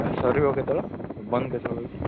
ସରିବ କେତେବେଳେ ବନ୍ଦ କେତେବେଳେ ହେଉଛି